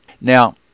Now